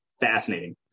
fascinating